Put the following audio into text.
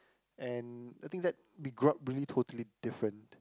and I think that we grow up really totally different